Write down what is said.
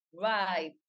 Right